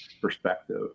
perspective